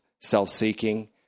self-seeking